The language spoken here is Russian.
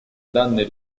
данной